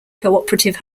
cooperative